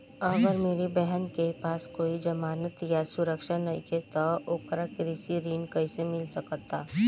अगर मेरी बहन के पास कोई जमानत या सुरक्षा नईखे त ओकरा कृषि ऋण कईसे मिल सकता?